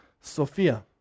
Sophia